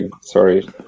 sorry